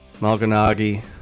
Malganagi